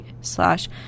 slash